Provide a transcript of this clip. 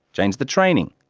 change the training,